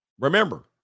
Remember